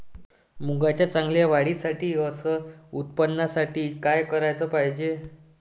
मुंगाच्या चांगल्या वाढीसाठी अस उत्पन्नासाठी का कराच पायजे?